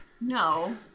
No